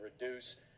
reduce